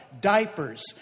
diapers